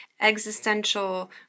existential